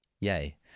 yay